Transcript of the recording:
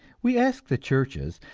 we ask the churches,